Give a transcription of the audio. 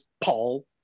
Paul